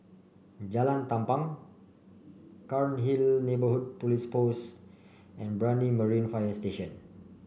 Jalan Tampang Cairnhill Neighbourhood Police Post and Brani Marine Fire Station